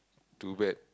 too bad